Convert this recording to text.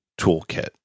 toolkit